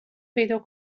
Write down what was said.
پیدا